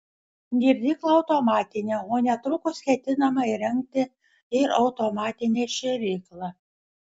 girdykla automatinė o netrukus ketinama įrengti ir automatinę šėryklą